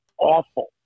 awful